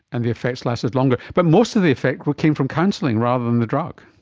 and the effects lasted longer. but most of the effects came from counselling rather than the drug.